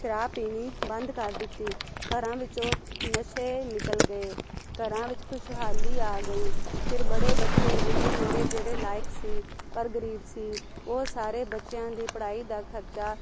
ਸ਼ਰਾਬ ਪੀਣੀ ਬੰਦ ਕਰ ਦਿੱਤੀ ਘਰਾਂ ਵਿੱਚੋਂ ਨਸ਼ੇ ਨਿਕਲ ਗਏ ਘਰਾਂ ਵਿੱਚ ਖੁਸ਼ਹਾਲੀ ਆ ਗਈ ਫਿਰ ਬੜੇ ਬੱਚੇ ਇੰਨੇ ਮਿਲੇ ਜਿਹੜੇ ਲਾਇਕ ਸੀ ਪਰ ਗਰੀਬ ਸੀ ਉਹ ਸਾਰੇ ਬੱਚਿਆਂ ਦੀ ਪੜ੍ਹਾਈ ਦਾ ਖਰਚਾ